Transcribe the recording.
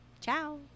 Ciao